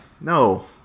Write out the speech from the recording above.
No